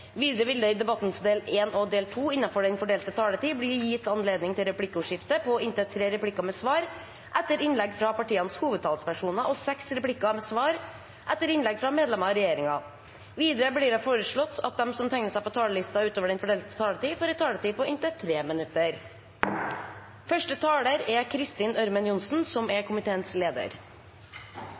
Videre vil det i debattens del 1 og del 2 – innenfor den fordelte taletiden – bli gitt anledning til inntil tre replikker med svar etter innlegg fra partienes hovedtalspersoner og seks replikker med svar etter innlegg fra medlemmer av regjeringen. Videre vil de som måtte tegne seg på talerlisten utover den fordelte taletid, få en taletid på inntil 3 minutter. Trygge og gode familier gir de beste forutsetninger for en god oppvekst. Familier er